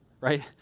right